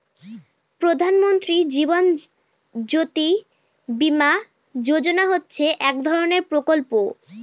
প্রধান মন্ত্রী জীবন জ্যোতি বীমা যোজনা হচ্ছে এক ধরনের প্রকল্প